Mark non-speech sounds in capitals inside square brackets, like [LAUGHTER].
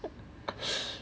[LAUGHS]